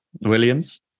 Williams